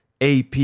AP